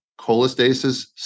cholestasis